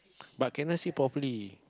but can I see properly